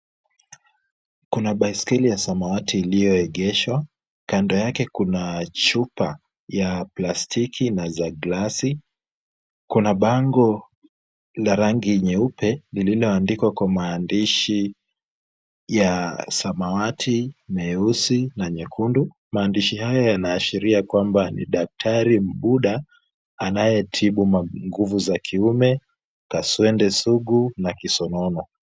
Kuna baiskeli ya samawati ilioegeshwa. Kando yake kuna chupa ya plastiki na za glasi. Kuna bango la rangi nyeupe, lililoandikwa kwa maandishi ya samawati, meusi, na nyekundu. Maandishi haya yanaashiria kwamba ni daktari Mbuda anayetibu nguvu za kiume, kaswende sugu, na kisonono.